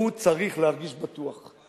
הוא צריך להרגיש בטוח,